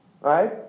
right